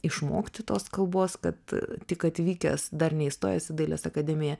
išmokti tos kalbos kad tik atvykęs dar neįstojęs į dailės akademiją